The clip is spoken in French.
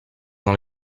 dans